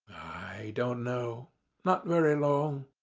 i don't know not very long.